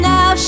Now